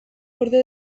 gorde